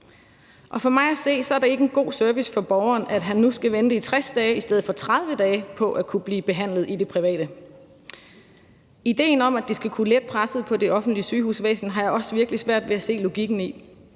om. For mig at se er det ikke en god service for borgeren, at han nu skal vente i 60 dage i stedet for 30 dage på at kunne blive behandlet i det private. Ideen om, at det skal kunne lette presset på det offentlige sygehusvæsen, har jeg også virkelig svært ved at se logikken i.